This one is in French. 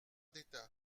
d’état